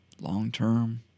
long-term